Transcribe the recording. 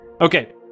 Okay